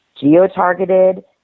geo-targeted